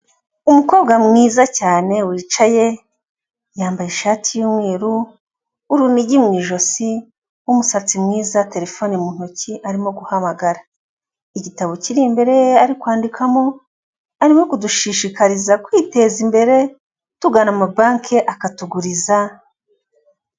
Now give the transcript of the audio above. Umukobwa mwiza cyane wicaye yambaye ishati y'umweru urunigi mu ijosi umusatsi mwiza terefone mu ntoki arimo guhamagara igitabo kiri imbere ye ari kwandikamo arimo kudushishikariza kwiteza imbere tugana amabanki akatuguriza.